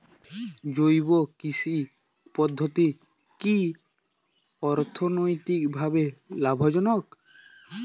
জৈব কৃষি পদ্ধতি কি অর্থনৈতিকভাবে লাভজনক?